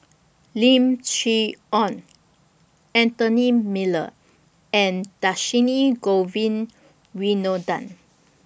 Lim Chee Onn Anthony Miller and Dhershini Govin Winodan